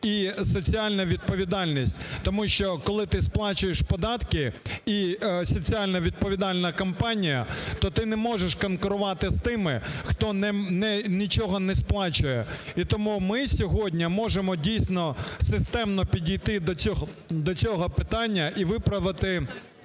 і соціальна відповідальність. Тому що, коли ти сплачуєш податки і соціально відповідальна компанія, то ти не можеш конкурувати з тими, хто нічого не сплачує. І тому ми сьогодні можемо дійсно системно підійти до цього питання і виправити